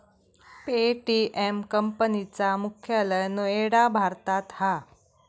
Paytm company चा मुख्यालय नोएडा भारतात हा